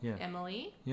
Emily